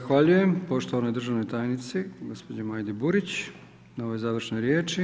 Zahvaljujem poštovanoj državnoj tajnici gospođi Majdi Burić na ovoj završnoj riječi.